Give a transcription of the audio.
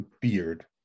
beard